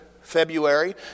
February